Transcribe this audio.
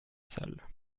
sales